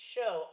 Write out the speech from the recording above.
Show